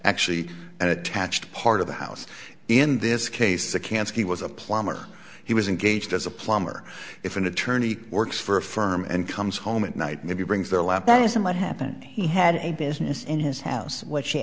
actually and attached part of the house in this case the cancer he was a plumber he was engaged as a plumber if an attorney works for a firm and comes home at night maybe brings their lap that isn't what happened he had a business in his house what she